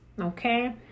okay